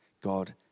God